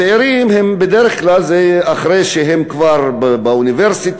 הצעירים בדרך כלל זה אחרי שהם כבר באוניברסיטה.